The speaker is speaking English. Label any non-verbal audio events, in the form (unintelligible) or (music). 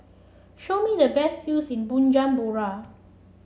show me the best (unintelligible) in Bujumbura